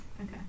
okay